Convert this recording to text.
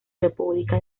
república